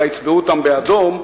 אולי יצבעו אותם באדום,